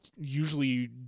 usually